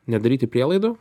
nedaryti prielaidų